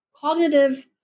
cognitive